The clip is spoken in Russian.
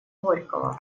горького